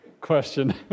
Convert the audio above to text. question